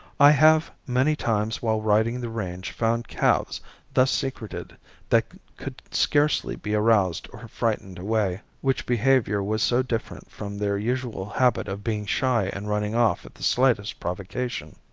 i have many times while riding the range found calves thus secreted that could scarcely be aroused or frightened away, which behavior was so different from their usual habit of being shy and running off at the slightest provocation.